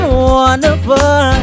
wonderful